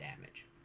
damage